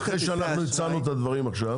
אנחנו הצענו את הדברים עכשיו,